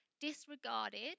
disregarded